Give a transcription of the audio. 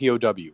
POW